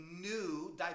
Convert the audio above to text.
new